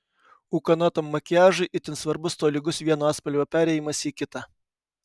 ūkanotam makiažui itin svarbus tolygus vieno atspalvio perėjimas į kitą